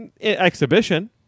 Exhibition